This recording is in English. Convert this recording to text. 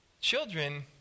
children—